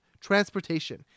transportation